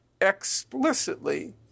explicitly